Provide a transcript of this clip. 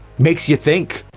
makes you think.